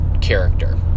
character